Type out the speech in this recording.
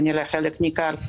כנראה חלק ניכר,